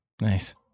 Nice